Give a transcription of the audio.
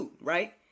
right